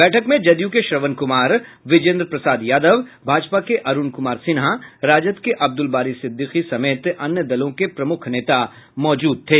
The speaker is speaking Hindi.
बैठक में जदयू के श्रवण कुमार विजेन्द्र प्रसाद यादव भाजपा के अरूण कुमार सिन्हा राजद के अब्दुल बारी सिद्दिकी समेत अन्य दलों के प्रमुख नेता मौजूद थे